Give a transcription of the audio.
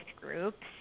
groups